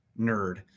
nerd